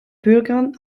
bürgern